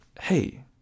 Hey